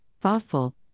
thoughtful